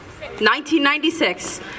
1996